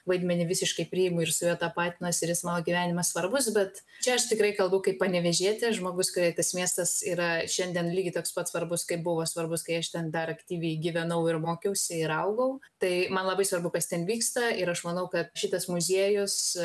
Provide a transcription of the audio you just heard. vaidmenį visiškai priimu ir su juo tapatinuosi ir jis mano gyvenime svarbus bet čia aš tikrai kalbu kaip panevėžietė žmogus kuriai tas miestas yra šiandien lygiai toks pat svarbus kaip buvo svarbus kai aš ten dar aktyviai gyvenau ir mokiausi ir augau tai man labai svarbu kas ten vyksta ir aš manau kad šitas muziejus